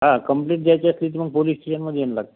हा कंप्लेंट द्यायची असेल तर मग पोलीस स्टेशनमध्ये येणं लागते